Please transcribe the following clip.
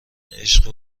عشق